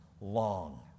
long